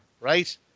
right